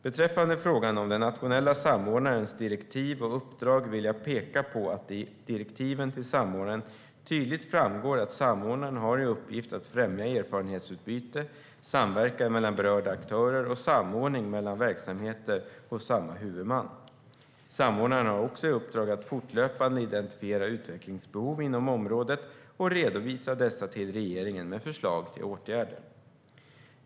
Beträffande frågan om den nationella samordnarens direktiv och uppdrag vill jag peka på att det i direktiven till samordnaren tydligt framgår att samordnaren har i uppgift att främja erfarenhetsutbyte, samverkan mellan berörda aktörer och samordning mellan verksamheter hos samma huvudman. Samordnaren har också i uppdrag att fortlöpande identifiera utvecklingsbehov inom området och redovisa dessa till regeringen med förslag till åtgärder.